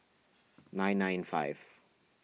nine nine five